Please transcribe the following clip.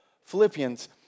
Philippians